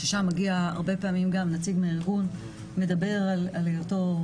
שם, מגיע הרבה פעמים נציג מהארגון ומדבר על היותו